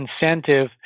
incentive